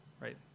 right